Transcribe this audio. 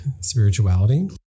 spirituality